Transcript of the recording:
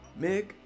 mick